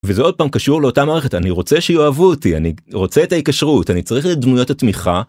וזה עוד פעם קשור לאותה מערכת: אני רוצה שיואהבו אותי. אני רוצה את ההקשרות אני צריך את דמויות התמיכה...